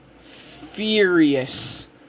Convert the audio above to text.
furious